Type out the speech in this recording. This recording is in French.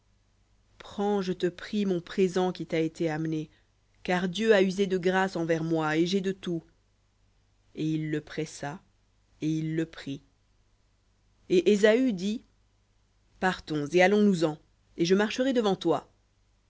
prends je te prie mon présent qui t'a été amené car dieu a usé de grâce envers moi et j'ai de tout et il le pressa et il le prit et dit partons et allons-nous-en et je marcherai devant toi